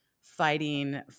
fighting